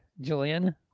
Julian